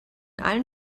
allen